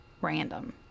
random